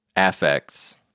affects